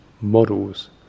Models